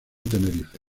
tenerife